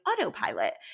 autopilot